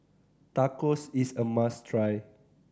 tacos is a must try